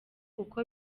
kuko